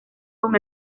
con